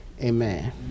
Amen